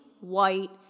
white